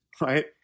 right